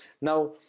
Now